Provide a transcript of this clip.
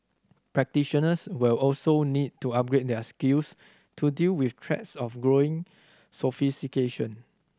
practitioners will also need to upgrade their skills to deal with threats of growing sophistication